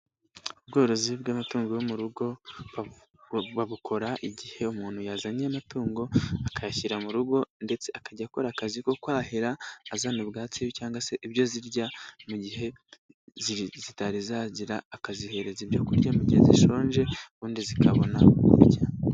Ubworozi bw'amatungo yo mu rugo babukora igihe umuntu yazanye amatungo akayashyira mu rugo ndetse akajya akora akazi ko kwahira azana ubwatsi cyangwa se ibyo zirya mu gihe zitari zagira akazihereza ibyo kurya mu gihe zishonje ubundi zikabona kujya.